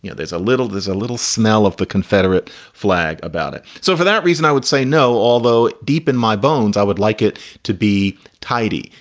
you know there's a little there's a little smell of the confederate flag about it. so for that reason, i would say no, although deep in my bones, i would like it to be tidy.